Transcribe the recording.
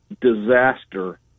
disaster